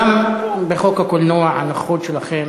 גם בחוק הקולנוע הנוכחות שלכם